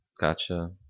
gotcha